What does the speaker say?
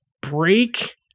break